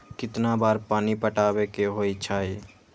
कितना बार पानी पटावे के होई छाई?